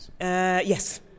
Yes